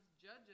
judges